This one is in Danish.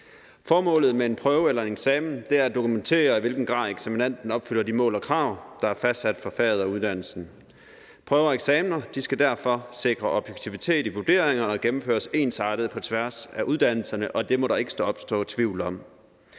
Formålet med en prøve eller eksamen er at dokumentere, i hvilken grad eksaminanden opfylder de mål og krav, der er fastsat for faget og uddannelsen. Prøver og eksamener skal derfor sikre objektivitet i vurderinger og gennemføres ensartet på tværs af uddannelserne – og det må der ikke opstå tvivl om.